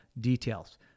details